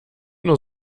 nur